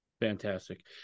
Fantastic